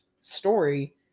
story